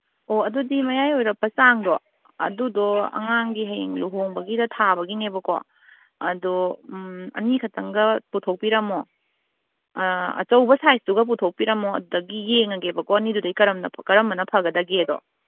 ꯑꯣ ꯑꯗꯨꯗꯤ ꯃꯌꯥꯏ ꯑꯣꯏꯔꯞꯄ ꯆꯥꯡꯗꯣ ꯑꯗꯨꯗꯣ ꯑꯉꯥꯡꯒꯤ ꯍꯌꯦꯡ ꯂꯨꯍꯣꯡꯕꯒꯤꯗ ꯊꯥꯕꯒꯤꯅꯦꯕꯀꯣ ꯑꯗꯣ ꯑꯅꯤꯈꯛꯇꯪꯒ ꯄꯨꯊꯣꯛꯄꯤꯔꯝꯃꯣ ꯑꯆꯧꯕ ꯁꯥꯏꯖꯇꯨꯒ ꯄꯨꯊꯣꯛꯄꯤꯔꯝꯃꯣ ꯑꯗꯒꯤ ꯌꯦꯡꯉꯒꯦꯕꯀꯣ ꯑꯅꯤꯗꯨꯗꯒꯤ ꯀꯔꯝꯕꯅ ꯐꯒꯗꯒꯦꯗꯣ